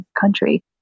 country